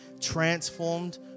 transformed